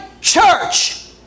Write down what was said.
church